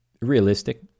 realistic